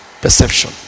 Perception